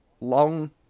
long